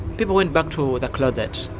people went back to the closet,